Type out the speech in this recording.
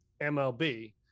mlb